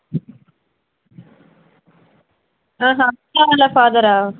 పద్మ వాళ్ళ ఫాదరా